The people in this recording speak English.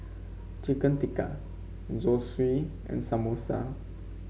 Chicken Tikka Zosui and Samosa